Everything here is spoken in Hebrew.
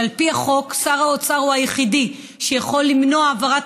שעל פי החוק הוא היחידי שיכול למנוע העברת